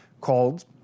called